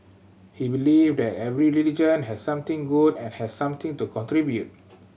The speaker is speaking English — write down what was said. he believe that every religion has something good and has something to contribute